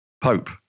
Pope